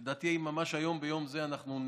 לדעתי, ממש היום, ביום זה, אנחנו עם